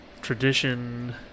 Tradition